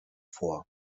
vor